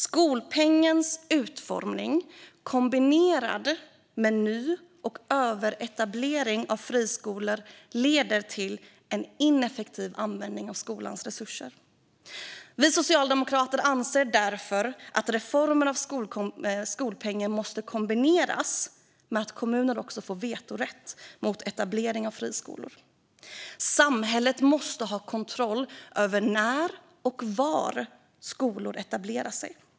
Skolpengens utformning, kombinerad med ny och överetableringar av friskolor, leder till en ineffektiv användning av skolans resurser. Vi socialdemokrater anser därför att reformer av skolpengen måste kombineras med att kommuner får vetorätt mot etablering av friskolor. Samhället måste ha kontroll över när och var skolor etablerar sig.